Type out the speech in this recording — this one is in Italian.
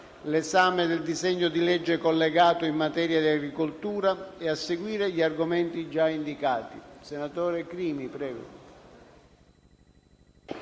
l'esame del disegno di legge collegato in materia di agricoltura e, a seguire, gli altri argomenti già indicati. **Calendario dei